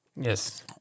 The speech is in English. yes